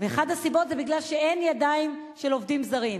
אחת הסיבות היא שאין ידיים של עובדים זרים.